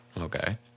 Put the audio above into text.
Okay